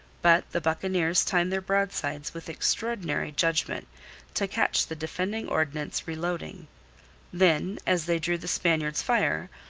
but the buccaneers timed their broadsides with extraordinary judgment to catch the defending ordnance reloading then as they drew the spaniards' fire,